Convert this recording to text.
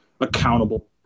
accountable